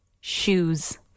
shoes